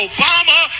Obama